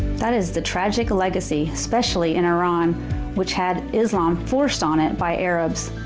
that is the tragic legacy especially in iran which had islam forced on it by arabs.